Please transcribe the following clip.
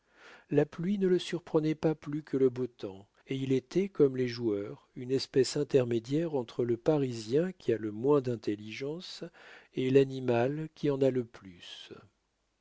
la pluie ne le surprenait pas plus que le beau temps et il était comme les joueurs une espèce intermédiaire entre le parisien qui a le moins d'intelligence et l'animal qui en a le plus